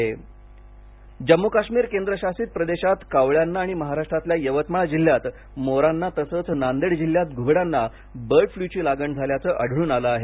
एव्हियन influenza Jammu Kashmir केंद्रशासित प्रदेशात कावळ्यांना आणि महाराष्ट्रातल्या यवतमाळ जिल्हयात मोरांना तसच नांदेड जिल्हयात घुबडांना बर्ड फ्ल्यूची लागण झाल्याचे आढळून आले आहे